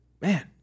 man